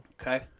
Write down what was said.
Okay